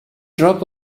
drop